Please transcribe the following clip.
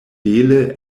bele